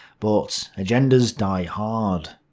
but agendas die hard.